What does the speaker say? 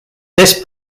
this